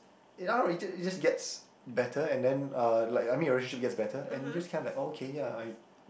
in all you just gets better and then uh like I mean your relationship just gets better and just kinda okay ya I